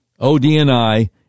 ODNI